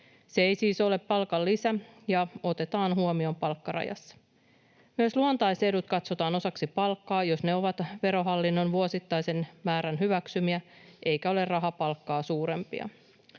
Se ei siis ole palkanlisä ja otetaan huomioon palkkarajassa. Myös luontaisedut katsotaan osaksi palkkaa, jos ne ovat Verohallinnon vuosittaisen määrän hyväksymiä eivätkä ole rahapalkkaa suurempia.